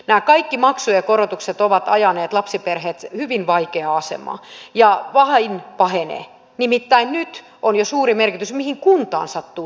nämä kaikki maksujen korotukset ovat ajaneet lapsiperheet hyvin vaikeaan asemaan ja vain pahenee nimittäin nyt on jo suuri merkitys sillä mihin kuntaan sattuu syntymään